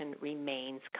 remains